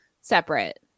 separate